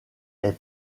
est